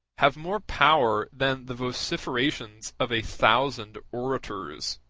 have more power than the vociferations of a thousand orators